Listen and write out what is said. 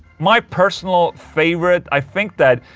my personal favorite, i think that.